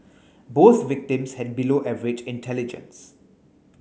both victims had below average intelligence